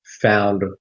Found